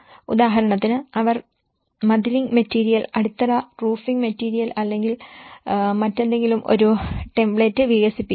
ഉദാഹരണത്തിന് അവർ മതിലിംഗ് മെറ്റീരിയൽ അടിത്തറ റൂഫിംഗ് മെറ്റീരിയൽ അല്ലെങ്കിൽ മറ്റെന്തെങ്കിലും ഒരു ടെംപ്ലേറ്റ് വികസിപ്പിക്കുന്നു